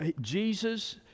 Jesus